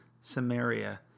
Samaria